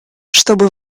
чтобы